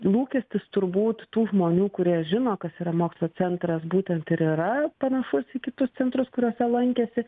lūkestis turbūt tų žmonių kurie žino kas yra mokslo centras būtent ir yra panašus į kitus centrus kuriuose lankėsi